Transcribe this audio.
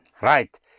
Right